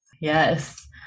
yes